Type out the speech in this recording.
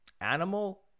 animal